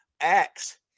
Acts